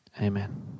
Amen